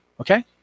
okay